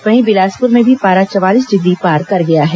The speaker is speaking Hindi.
वहीं बिलासपुर में भी पारा चवालीस डिग्री पार कर गया है